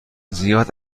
زیاد